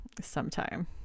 sometime